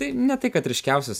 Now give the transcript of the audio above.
tai ne tai kad ryškiausius